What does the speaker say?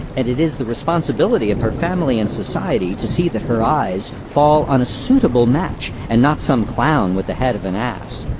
and it is the responsibility of her family and society to see that her eyes fall on a suitable match and not some clown with the head of an ass.